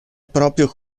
proprio